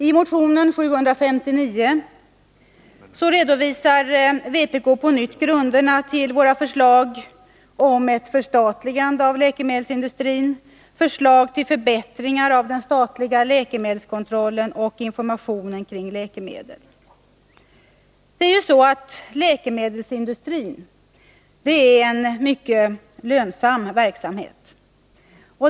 I motion 759 redovisar vi från vpk:s sida på nytt grunderna till vårt förslag om förstatligande av läkemedelsindustrin och förslag till förbättringar av den statliga läkemedelskontrollen och informationen kring läkemedel. Läkemedelsindustrin är ju en mycket lönsam verksamhet.